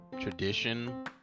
tradition